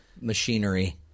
Machinery